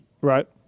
Right